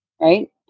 Right